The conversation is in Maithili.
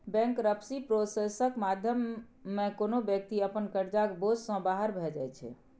बैंकरप्सी प्रोसेसक माध्यमे कोनो बेकती अपन करजाक बोझ सँ बाहर भए जाइ छै